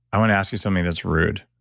i want to ask you something that's rude.